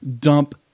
dump